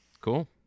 Cool